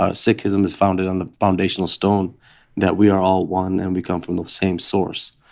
ah sikhism is founded on the foundational stone that we are all one and we come from the same source.